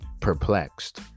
perplexed